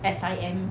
S_I_M